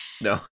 No